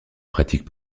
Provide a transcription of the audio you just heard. pratique